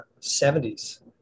70s